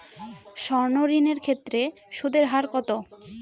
সর্ণ ঋণ এর ক্ষেত্রে সুদ এর হার কত?